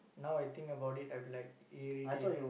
now I think about it I'll be like irritate